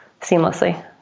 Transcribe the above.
seamlessly